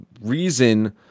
reason